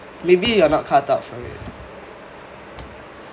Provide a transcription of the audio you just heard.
maybe you are not cut out for it